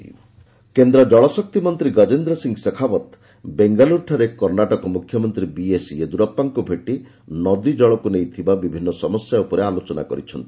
କଣ୍ଣୋଟକ ଜଲ ଶକ୍ତି କେନ୍ଦ୍ର ଜଳ ଶକ୍ତି ମନ୍ତ୍ରୀ ଗଜେନ୍ଦ୍ର ସିଂହ ଶେଖାଓ୍ପତ ବେଙ୍ଗାଲ୍ଟରୁଠାରେ କର୍ଣ୍ଣାଟକ ମୁଖ୍ୟମନ୍ତ୍ରୀ ବିଏସ୍ ୟେଦୁରପ୍ରାଙ୍କୁ ଭେଟି ନଦୀ ଜଳକୁ ନେଇ ଥିବା ବିଭିନ୍ନ ସମସ୍ୟା ଉପରେ ଆଲୋଚନା କରିଛନ୍ତି